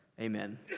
Amen